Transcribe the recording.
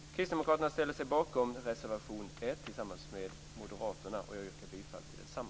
Kristdemokraterna ställer sig bakom reservation 1 tillsammans med moderaterna. Jag yrkar bifall till densamma.